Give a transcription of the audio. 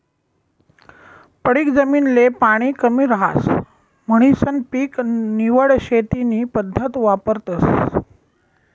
पडीक जमीन ले पाणी कमी रहास म्हणीसन पीक निवड शेती नी पद्धत वापरतस